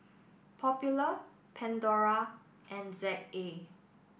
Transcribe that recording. Popular Pandora and Z A